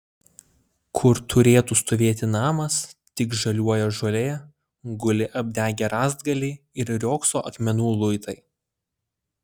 kur turėtų stovėti namas tik žaliuoja žolė guli apdegę rąstgaliai ir riogso akmenų luitai